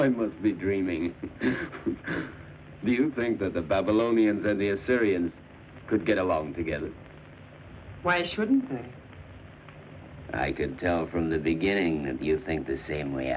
i must be dreaming do you think that the babylonians and the assyrians could get along together why shouldn't i can tell from the beginning that you think the same way